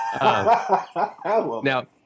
now